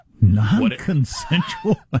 Non-consensual